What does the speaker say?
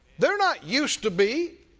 they're not used to be,